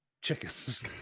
chickens